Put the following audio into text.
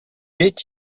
est